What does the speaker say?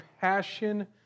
passion